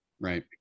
Right